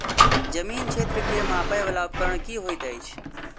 जमीन क्षेत्र केँ मापय वला उपकरण की होइत अछि?